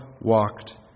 walked